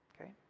okay